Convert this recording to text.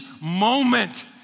moment